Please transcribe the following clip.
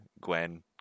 Gwen